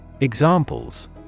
Examples